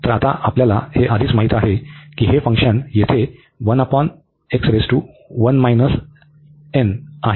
तर आता आम्हाला हे आधीच माहित आहे की हे फंक्शन येथे आहे